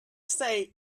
say